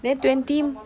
then twenty